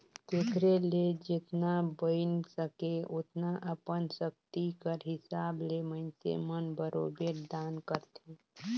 तेकरे ले जेतना बइन सके ओतना अपन सक्ति कर हिसाब ले मइनसे मन बरोबेर दान करथे